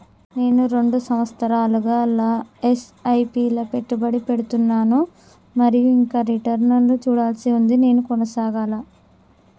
నేను రెండు సంవత్సరాలుగా ల ఎస్.ఐ.పి లా పెట్టుబడి పెడుతున్నాను మరియు ఇంకా రిటర్న్ లు చూడాల్సి ఉంది నేను కొనసాగాలా?